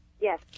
Yes